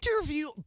interview